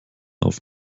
auf